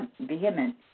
vehement